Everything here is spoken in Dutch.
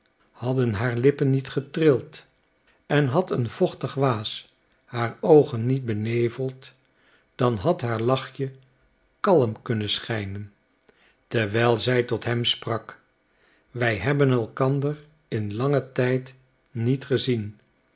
hadden haar lippen niet getrild en had een vochtig waas haar oogen niet beneveld dan had haar lachje kalm kunnen schijnen terwijl zij tot hem sprak wij hebben elkander in langen tijd niet gezien